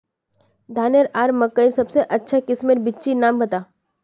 धानेर आर मकई सबसे अच्छा किस्मेर बिच्चिर नाम बता?